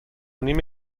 نیم